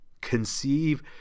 conceive